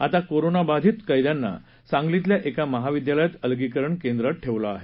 आता कोरोनाबाधित कैद्यांना सांगलीतील एका महाविद्यालयात अलगीकरण केंद्रात ठेवलं आहे